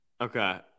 Okay